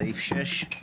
סעיף 6,